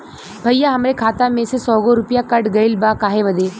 भईया हमरे खाता में से सौ गो रूपया कट गईल बा काहे बदे?